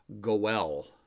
goel